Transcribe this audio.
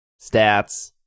stats